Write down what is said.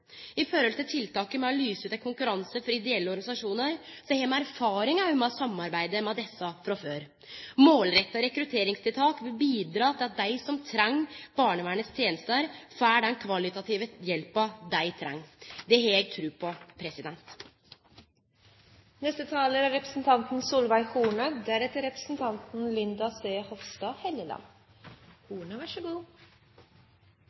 tiltaket med å lyse ut ein konkurranse for ideelle organisasjonar, har me òg erfaring med å samarbeide med desse frå før. Målretta rekrutteringstiltak vil bidra til at dei som treng barnevernet sine tenester, får den kvalitative hjelpa dei treng. Det har eg tru på.